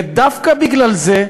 ודווקא בגלל זה,